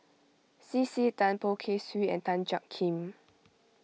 C C Tan Poh Kay Swee and Tan Jiak Kim